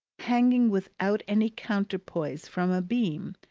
hanging without any counterpoise from a beam,